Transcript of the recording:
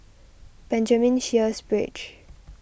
Benjamin Sheares Bridge